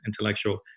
intellectual